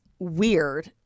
weird